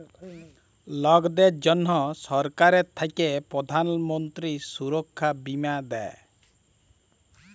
লকদের জনহ সরকার থাক্যে প্রধান মন্ত্রী সুরক্ষা বীমা দেয়